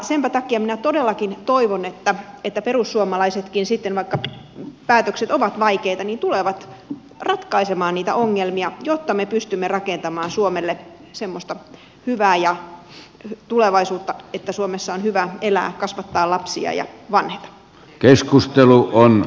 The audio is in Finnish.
senpä takia minä todellakin toivon että perussuomalaisetkin sitten vaikka päätökset ovat vaikeita tulevat ratkaisemaan niitä ongelmia jotta me pystymme rakentamaan suomelle semmoista hyvää tulevaisuutta että suomessa on hyvä elää kasvattaa lapsia ja vanheta